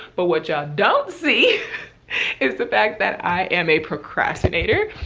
but what y'all don't see is the fact that i am a procrastinator,